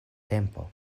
tempo